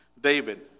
David